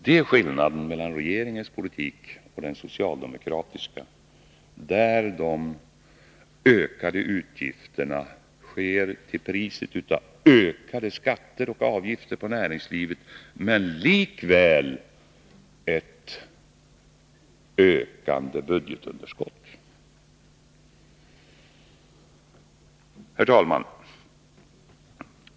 Det är skillnaden mellan regeringens politik och den socialdemokratiska. Med den socialdemokratiska sker ökningen av utgifterna till priset av högre skatter och avgifter för näringslivet, men ger likväl ett ökande budgetunderskott. Herr talman!